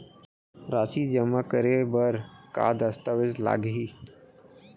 राशि जेमा करे बर का दस्तावेज लागही?